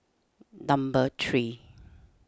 number three